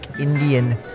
Indian